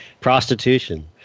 Prostitution